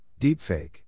deepfake